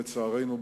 לצערנו,